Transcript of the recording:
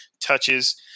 touches